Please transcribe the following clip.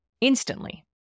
Instantly